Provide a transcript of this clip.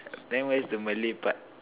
then where is the Malay part